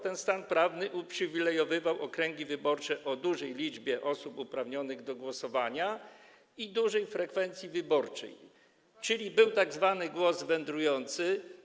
Ten stan prawny uprzywilejowywał okręgi wyborcze o dużej liczbie osób uprawnionych do głosowania i o dużej frekwencji wyborczej, a zatem był tzw. głos wędrujący.